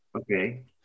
okay